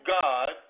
God